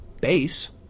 base